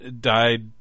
died